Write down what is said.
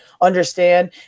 understand